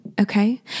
Okay